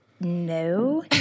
no